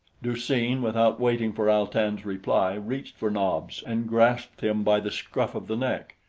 du-seen, without waiting for al-tan's reply, reached for nobs and grasped him by the scruff of the neck.